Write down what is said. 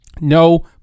no